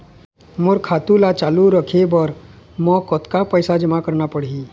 मोर खाता ला चालू रखे बर म कतका पैसा जमा रखना पड़ही?